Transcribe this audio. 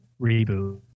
reboot